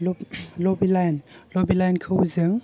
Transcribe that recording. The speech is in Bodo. लबि लाइन लबि लाइन खौ जों